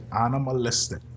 animalistic